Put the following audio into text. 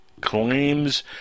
claims